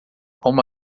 como